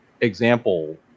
example